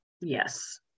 yes